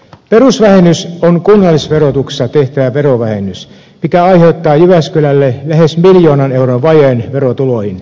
perusvähennys on kunnallisverotuksessa tehtävä verovähennys joka aiheuttaa jyväskylälle lähes miljoonan euron vajeen verotuloihin